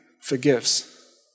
forgives